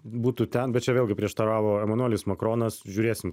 būtų ten bet čia vėlgi prieštaravo emanuelis makronas žiūrėsim